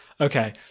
Okay